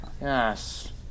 yes